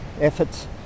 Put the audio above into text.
efforts